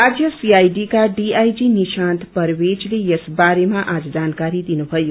राज्य सीआईडीका डीआईजी निश्रान्त परवेजले यस बारेमा आज जानकारी दिनुथयो